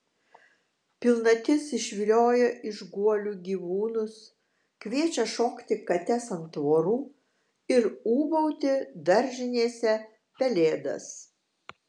pilnatis išvilioja iš guolių gyvūnus kviečia šokti kates ant tvorų ir ūbauti daržinėse pelėdas